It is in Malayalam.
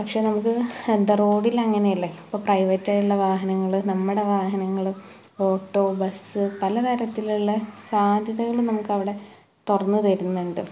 പക്ഷേ നമുക്ക് എന്താ റോഡിൽ അങ്ങനെയല്ല ഇപ്പോൾ പ്രൈവറ്റ് ആയിട്ടുള്ള വാഹനങ്ങള് നമ്മുടെ വാഹനങ്ങള് ഓട്ടോ ബസ് പലതരത്തിലുള്ള സാധ്യതകള് നമുക്കവിടെ തുറന്നു തരുന്നുണ്ട്